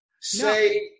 say